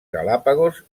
galápagos